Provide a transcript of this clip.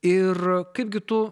ir kaipgi tu